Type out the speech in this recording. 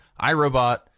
irobot